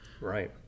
right